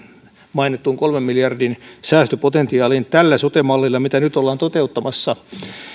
mainittuun kolmen miljardin säästöpotentiaaliin tällä sote mallilla mitä nyt ollaan toteuttamassa